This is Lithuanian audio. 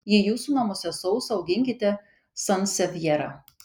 jei jūsų namuose sausa auginkite sansevjerą